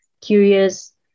curious